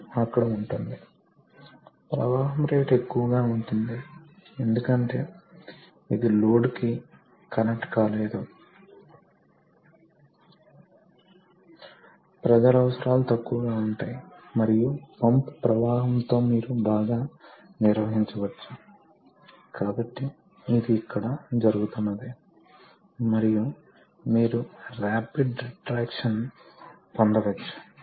మీరు ఒక ఇన్లెట్ కలిగి ఉండవచ్చు కాబట్టి ద్రవం వస్తుంది మరియు ఇక్కడ నుండి ఇది ఈ విధంగా వెళుతుంది మరియు చివరికి అది అవుట్లెట్ కి వెళ్తుంది కాబట్టి ఇక్కడ మీరు మొత్తం పొందుతారు మరియు ఇక్కడ మొత్తం ఇన్లెట్ ఉంటుంది కాబట్టి ఇది వేన్ పంప్ పనిచేసే విధానం